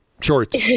shorts